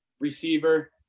receiver